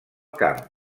camp